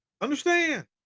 Understand